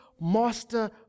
master